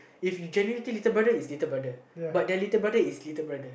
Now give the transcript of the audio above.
if you genuinely little brother is little brother but their little brother is little brother